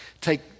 take